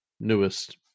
newest